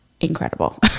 incredible